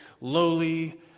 lowly